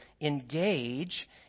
engage